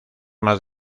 más